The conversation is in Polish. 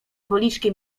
policzki